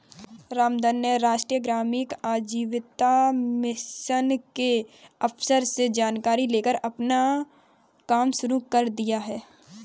रामधन ने राष्ट्रीय ग्रामीण आजीविका मिशन के अफसर से जानकारी लेकर अपना कम शुरू कर दिया है